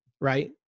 Right